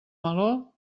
meló